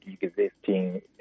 existing